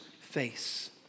face